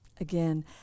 again